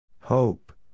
Hope